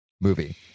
movie